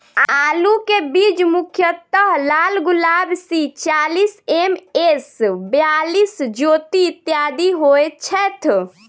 आलु केँ बीज मुख्यतः लालगुलाब, सी चालीस, एम.एस बयालिस, ज्योति, इत्यादि होए छैथ?